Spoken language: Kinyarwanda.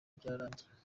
byararangiye